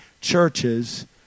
churches